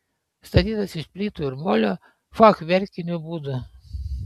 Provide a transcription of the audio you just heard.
statytas iš plytų ir molio fachverkiniu būdu